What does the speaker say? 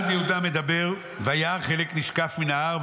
"עד יהודה מדבר אלה וירא חלק נשקף מן ההר.